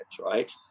right